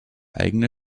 eigene